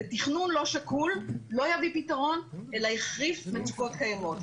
תכנון לא שקול לא יביא פתרון אלא יחריף מצוקות קיימות.